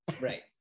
right